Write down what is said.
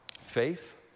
Faith